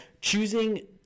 choosing